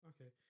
Okay